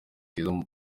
keza